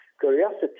curiosity